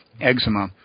eczema